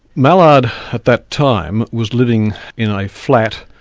mallard at that time, was living in a flat,